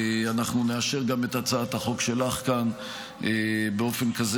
שאנחנו נאשר גם את הצעת החוק שלך כאן באופן כזה